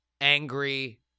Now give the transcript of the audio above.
angry